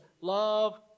Love